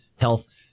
health